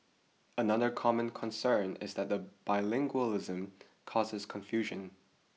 another common concern is that the bilingualism causes confusion